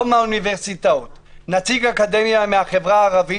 לא מהאוניברסיטאות, נציג אקדמיה מהחברה הערבית,